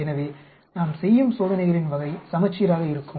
எனவே நாம் செய்யும் சோதனைகளின் வகை சமச்சீராக இருக்கும்